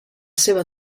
seva